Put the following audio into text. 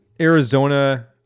Arizona